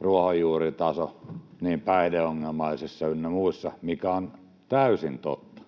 ruohonjuuritaso niin päihdeongelmaisissa ynnä muissa — mikä on täysin totta.